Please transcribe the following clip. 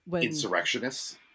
Insurrectionists